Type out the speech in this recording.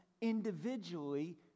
individually